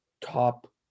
top